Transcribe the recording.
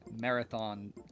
marathon